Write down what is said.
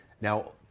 Now